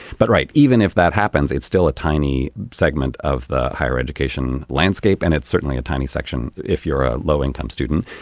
but right even if that happens it's still a tiny segment of the higher education landscape and it's certainly a tiny section if you're a low income student.